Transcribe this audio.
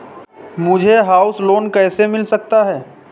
मुझे house loan कैसे मिल सकता है?